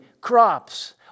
crops